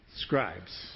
scribes